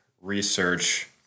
research